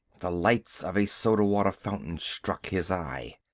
the lights of a soda-water fountain struck his eye.